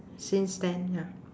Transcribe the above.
since then ya